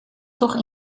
toch